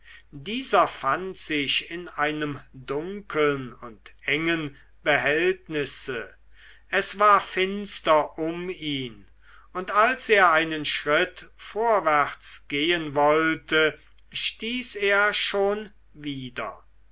dieser fand sich in einem dunkeln und engen behältnisse es war finster um ihn und als er einen schritt vorwärts gehen wollte stieß er schon wider